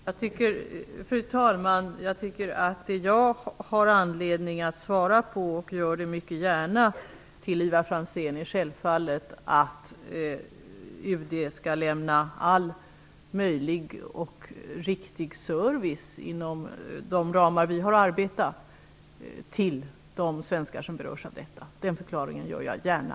Fru talman! Det jag har anledning att svara Ivar Franzén -- och det gör jag mycket gärna -- är att UD självfallet skall lämna all möjlig och riktig service till de svenskar som berörs av detta inom de ramar som finns. Den förklaringen gör jag gärna.